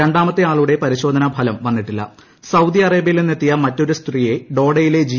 രണ്ടാമത്തെ ആളുടെ പരിശോധനാ ഫലം വന്നിട്ടില്ല സൌദി അറേബ്യയിൽ നിന്നെത്തിയ മറ്റൊരു സ്ത്രീയെ ഡ്രോസ്യിലെ ജി